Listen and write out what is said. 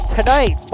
Tonight